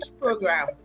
program